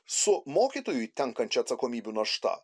su mokytojui tenkančia atsakomybių našta